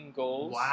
goals